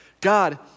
God